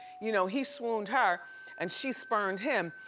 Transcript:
you know he swooned her and she spurned him.